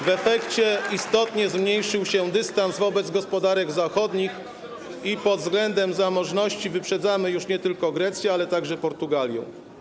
W efekcie istotnie zmniejszył się dystans wobec gospodarek zachodnich i pod względem zamożności wyprzedzamy już nie tylko Grecję, ale także Portugalię.